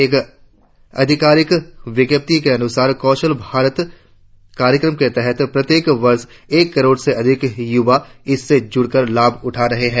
एक अधिकारिक विज्ञप्ति के अनुसार कौशल भारत कार्यक्रम के तहत प्रत्येक वर्ष एक करोड़ से अधिक युवा इससे जुड़कर लाभ उठा रहे है